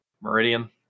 Meridian